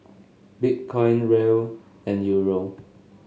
Bitcoin Riel and Euro